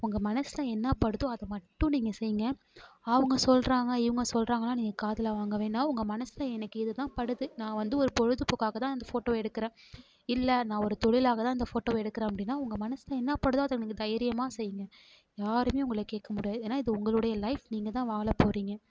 உங்க மனதில் என்னப்படுதோ அதை மட்டும் நீங்கள் செய்யுங்க அவங்க சொல்கிறாங்க இவங்க சொல்கிறாங்கனா நீங்கள் காதில் வாங்க வேணாம் உங்க மனதில் எனக்கு இது தான் படுது நான் வந்து ஒரு பொழுதுபோக்குக்காக தான் இந்த ஃபோட்டோ எடுக்கிறேன் இல்லை நான் ஒரு தொழிலாக தான் இந்த ஃபோட்டோ எடுக்கிறேன் அப்படினால் உங்க மனதில் என்னப்படுதோ அதை நீங்கள் தைரியமாக செய்யுங்க யாருமே உங்களை கேட்க முடியாது ஏன்னா இது உங்களுடைய லைஃப் நீங்கள் தான் வாழப்போகிறீங்க